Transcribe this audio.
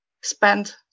spend